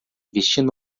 vestindo